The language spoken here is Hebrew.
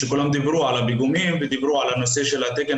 כולם דיברו על הפיגומים ודיברו על הנושא של התקן